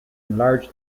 enlarged